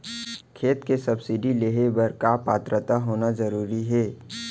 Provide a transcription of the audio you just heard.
खेती के सब्सिडी लेहे बर का पात्रता होना जरूरी हे?